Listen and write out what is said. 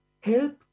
help